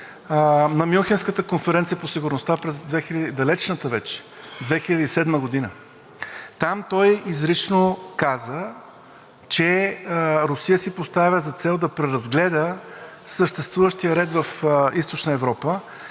на Мюнхенската конференция по сигурността през далечната вече 2007 г. Там той изрично каза, че Русия си поставя за цел да преразгледа съществуващия ред в Източна Европа.